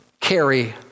carry